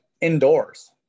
Indoors